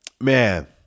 man